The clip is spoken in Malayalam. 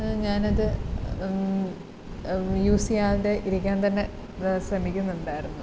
ഞാനത് യൂസ്യ്യാതെ ഇരിക്കാൻ തന്നെ ശ്രമിക്കുന്നുണ്ടായിരുന്നു